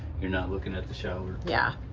you're not looking at the shower yeah.